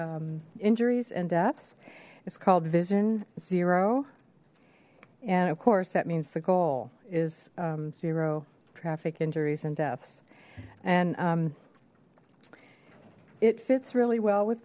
injuries and deaths it's called vision zero and of course that means the goal is zero traffic injuries and deaths and it fits really well with